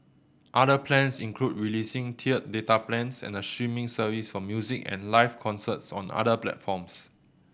other plans include releasing tiered data plans and a streaming service for music and live concerts on other platforms